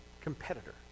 competitor